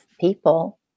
people